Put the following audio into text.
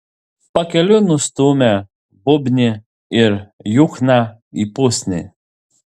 pakeliui nustūmė būbnį ir juchną į pusnį